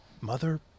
mother